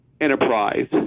enterprise